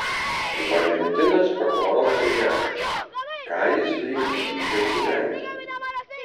valentinas paklausė jašos ką jis veiks grįžęs į lenkiją